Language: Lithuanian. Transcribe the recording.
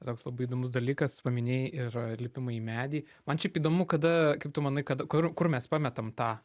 toks labai įdomus dalykas paminėjai ir lipimą į medį man šiaip įdomu kada kaip tu manai kad kur kur mes pametam tą